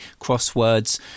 crosswords